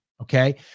Okay